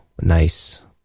nice